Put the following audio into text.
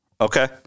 Okay